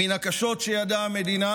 מן הקשות שידעה המדינה